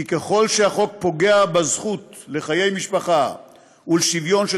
כי ככל שהחוק פוגע בזכות לחיי משפחה ולשוויון של